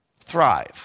thrive